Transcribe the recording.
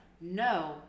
No